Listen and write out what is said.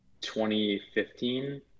2015